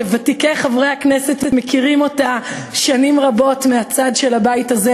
שוותיקי חברי הכנסת מכירים אותה שנים רבות מהצד של הבית הזה,